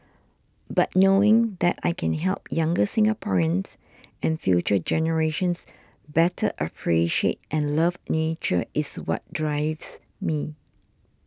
but knowing that I can help younger Singaporeans and future generations better appreciate and love nature is what drives me